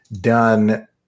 done